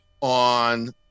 on